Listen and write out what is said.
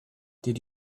did